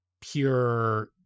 pure